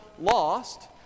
lost